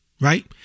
right